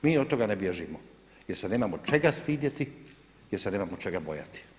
Mi od toga ne bježimo jer se nemamo čega stidjeti, jer se nemamo čega bojati.